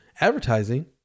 advertising